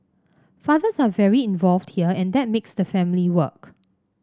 fathers are very involved here and that makes the family work